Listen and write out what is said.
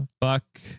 Fuck